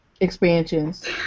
expansions